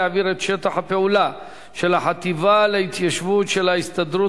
להעביר את שטח הפעולה של החטיבה להתיישבות של ההסתדרות